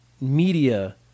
media